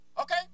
Okay